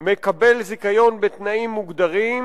מקבל זיכיון בתנאים מוגדרים,